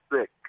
sick